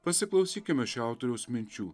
pasiklausykime šio autoriaus minčių